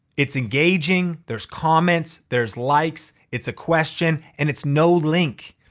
it's engaging, there's comments, there's likes, it's a question and it's no link.